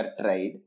tried